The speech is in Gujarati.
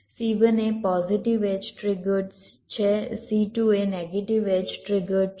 C1 એ પોઝિટિવ એડ્જ ટ્રિગર્ડ છે C2 એ નેગેટિવ એડ્જ ટ્રિગર્ડ છે